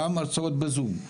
גם הרצאות בזום,